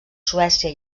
suècia